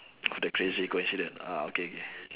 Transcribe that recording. of the crazy coincidence ah okay okay